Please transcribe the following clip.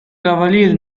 cavaliere